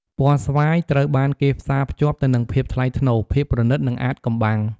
ពណ៌ស្វាយ ត្រូវបានគេផ្សារភ្ជាប់ទៅនឹង ភាពថ្លៃថ្នូរ ភាពប្រណីត និង អាថ៌កំបាំង។